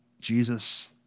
Jesus